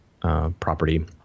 property